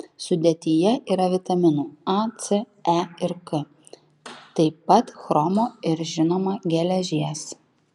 sudėtyje yra vitaminų a c e ir k taip pat chromo ir žinoma geležies